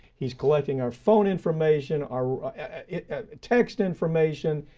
he's collecting our phone information, our text information.